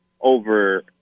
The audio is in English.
over